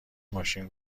ماشین